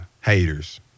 haters